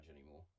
anymore